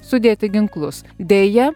sudėti ginklus deja